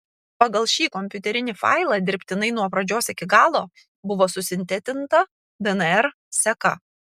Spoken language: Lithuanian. pagal šį kompiuterinį failą dirbtinai nuo pradžios iki galo buvo susintetinta dnr seka